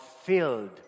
filled